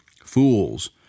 Fools